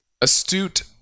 astute